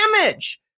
damage